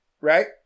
right